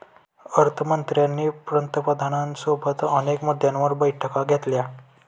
अर्थ मंत्र्यांनी पंतप्रधानांसोबत अनेक मुद्द्यांवर बैठका घेतल्या